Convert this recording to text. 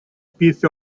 piece